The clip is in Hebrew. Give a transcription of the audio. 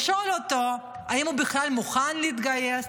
לשאול אותו האם הוא בכלל מוכן להתגייס,